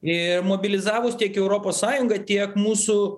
ir mobilizavus tiek europos sąjungą tiek mūsų